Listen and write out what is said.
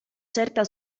certa